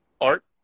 art